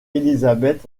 elizabeth